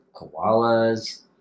Koalas